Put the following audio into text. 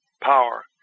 power